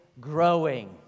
growing